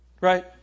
Right